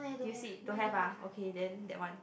do you see don't have ah okay then that one